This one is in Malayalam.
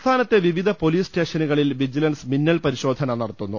സംസ്ഥാനത്തെ വിവിധ പോലീസ് സ് റ്റേഷനുകളിൽ വിജിലൻസ് മിന്നൽ പരിശോധന നടത്തുന്നു